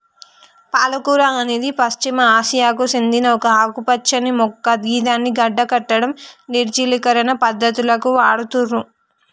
పాలకూర అనేది పశ్చిమ ఆసియాకు సేందిన ఒక ఆకుపచ్చని మొక్క గిదాన్ని గడ్డకట్టడం, నిర్జలీకరణ పద్ధతులకు వాడుతుర్రు